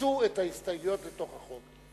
אימצו את ההסתייגויות בתוך החוק.